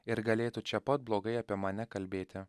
ir galėtų čia pat blogai apie mane kalbėti